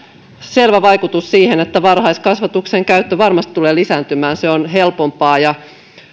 selvä vaikutus siihen että varhaiskasvatuksen käyttö varmasti tulee lisääntymään se on helpompaa ja